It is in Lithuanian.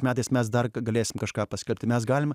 metais mes dar galėsim kažką paskirti mes galime